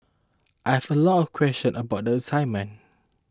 I had a lot of questions about the assignment